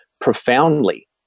profoundly